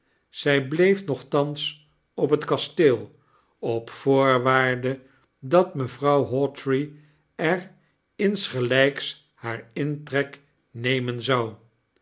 zy bleef nochtans op het kasteel op voorwaarde dat mevrouw hawtrey er insgelyks haarintreknemen zou